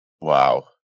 Wow